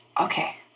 Okay